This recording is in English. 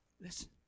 listen